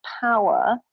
power